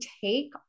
take